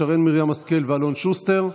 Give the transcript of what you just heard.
שרן מרים השכל ואלון שוסטר,